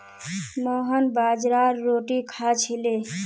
मोहन बाजरार रोटी खा छिले